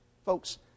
Folks